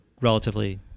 relatively